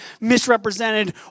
misrepresented